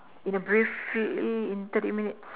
in a Briefly in thirty minutes